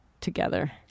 together